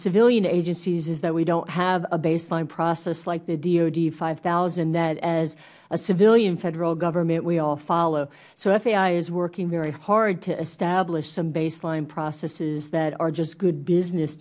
civilian agencies is that we dont have a baseline process like the dod five thousand that as a civilian federal government we all follow so fai is working very hard to establish some baseline processes that are just good business